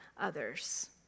others